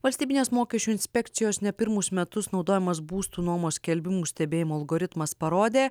valstybinės mokesčių inspekcijos ne pirmus metus naudojamas būstų nuomos skelbimų stebėjimo algoritmas parodė